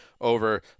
over